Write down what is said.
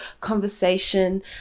conversation